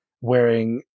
wearing